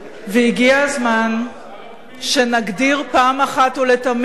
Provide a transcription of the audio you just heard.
הגיע הזמן שנגדיר פעם אחת ולתמיד